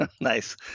Nice